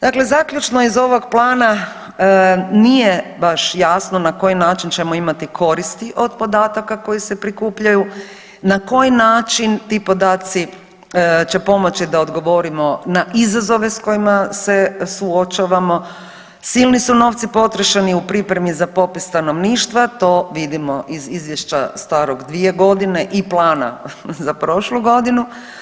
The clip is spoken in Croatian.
Dakle zaključno iz ovog plana nije baš jasno na koji način ćemo imati koristi od podataka koji se prikupljaju, na koji način ti podaci će pomoći da odgovorimo na izazove sa kojima se suočavamo, silni novci su potrošeni u pripremi za popis stanovništva, to vidimo iz izvješća starog dvije godine i plana za prošlu godinu.